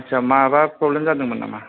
आच्छा माबा फ्रब्लेम जादोंमोन नामा